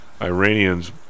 Iranians